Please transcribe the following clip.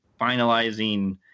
finalizing